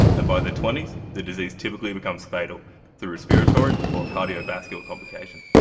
and by their twenty the disease typically becomes fatal through respiratory or cardiovascular complication.